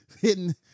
hitting